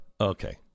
Okay